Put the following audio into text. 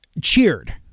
cheered